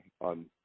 on